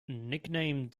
nicknamed